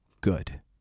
Good